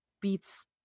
beats